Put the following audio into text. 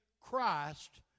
Christ